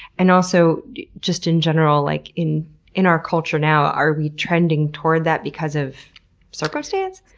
and also just in general, like in in our culture now, are we trending toward that because of circumstance?